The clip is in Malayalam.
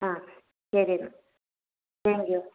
ആ ശരി എന്നാൽ താങ്ക്